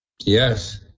Yes